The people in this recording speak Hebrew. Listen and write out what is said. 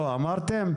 אמרתם?